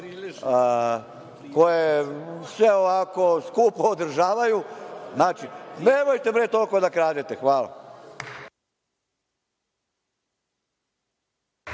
koje se skupo održavaju, znači nemojte bre toliko da kradete. Hvala.